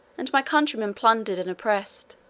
and my countrymen plundered and oppressed,